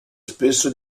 spesso